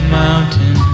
mountain